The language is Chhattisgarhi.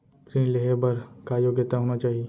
ऋण लेहे बर का योग्यता होना चाही?